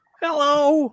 Hello